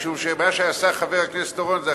משום שמה שעשה חבר הכנסת אורון זה,